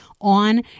on